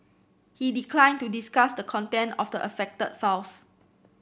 he declined to discuss the content of the affected files